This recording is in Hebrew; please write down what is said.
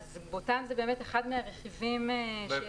בוטאן זה באמת אחד מהרכיבים של גפ"מ.